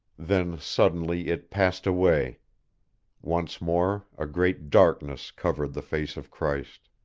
then suddenly it passed away once more a great darkness covered the face of christ.